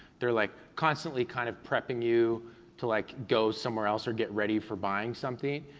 they're like constantly kind of prepping you to like go somewhere else or get ready for buying something,